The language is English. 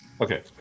okay